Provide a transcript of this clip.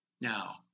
Now